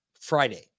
Friday